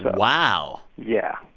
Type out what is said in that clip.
wow yeah.